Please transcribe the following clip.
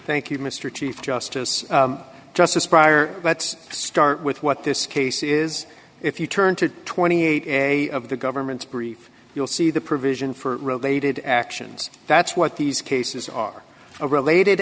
thank you mr chief justice justice pryor let's start with what this case is if you turn to twenty eight a of the government's brief you'll see the provision for related actions that's what these cases are all related